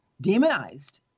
demonized